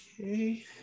Okay